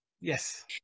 Yes